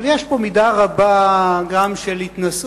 אבל יש פה גם מידה רבה של התנשאות